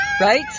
Right